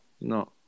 No